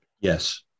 Yes